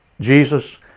Jesus